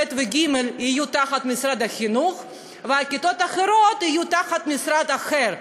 ב' וג' יהיו תחת משרד החינוך וכיתות אחרות יהיו תחת משרד אחר.